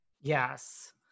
Yes